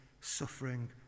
suffering